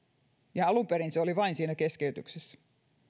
alun perin se oli vain siinä keskeytyksessä